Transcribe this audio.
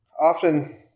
often